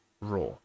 Raw